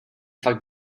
fakt